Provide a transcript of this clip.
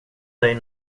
dig